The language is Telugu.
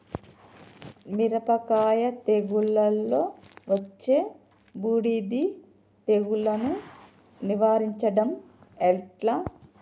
మిరపకాయ తెగుళ్లలో వచ్చే బూడిది తెగుళ్లను నివారించడం ఎట్లా?